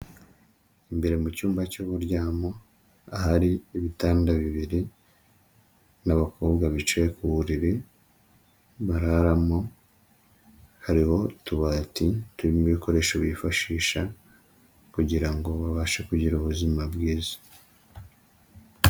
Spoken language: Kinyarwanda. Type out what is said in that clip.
Imbere mu cyumba cy'uburyamo, ahari ibitanda bibiri n'abakobwa bicaye ku buriri bararamo, hariho utubati turimo ibikoresho bifashisha kugira ngo babashe kugira ubuzima bwiza.